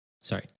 sorry